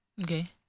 Okay